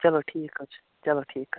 چلو ٹھیٖک حظ چھُ چلو ٹھیٖک